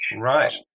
right